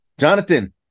Jonathan